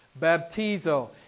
Baptizo